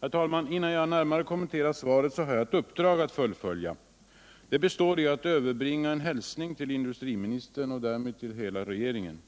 Herr talman! Innan jag närmare kommenterar svaret, har jag ett uppdrag att fullfölja. Det består i att överbringa en hälsning till industriministern, och därmed till hela regeringen.